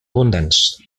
abundants